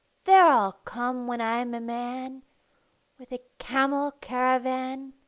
there i'll come when i'm a man with a camel caravan